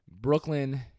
Brooklyn